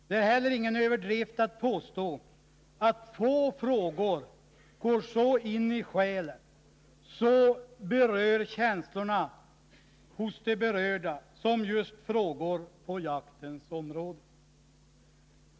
Det är heller ingen överdrift att påstå att få frågor så går in i själen, så berör känslorna hos dem det gäller som just frågor på jaktens område.